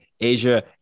Asia